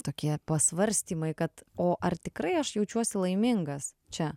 tokie pasvarstymai kad o ar tikrai aš jaučiuosi laimingas čia